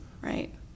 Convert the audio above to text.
Right